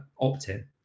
opt-in